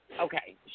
Okay